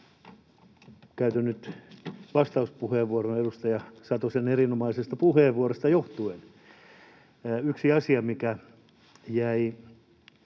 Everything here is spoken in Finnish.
Käytän nyt vastauspuheenvuoron edustaja Satosen erinomaisesta puheenvuorosta johtuen. — Yksi asia, mikä jäi